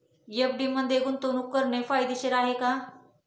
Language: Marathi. एफ.डी मध्ये गुंतवणूक करणे फायदेशीर आहे का?